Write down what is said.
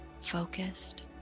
focused